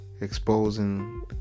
exposing